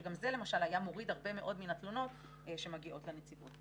שגם זה למשל היה מוריד הרבה מאוד מן התלונות שמגיעות לנציבות.